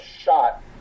shot